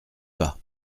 pas